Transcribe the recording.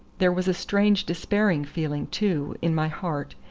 there was a strange despairing feeling, too, in my heart,